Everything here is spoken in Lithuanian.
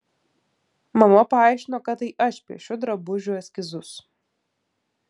mama paaiškino kad tai aš piešiu drabužių eskizus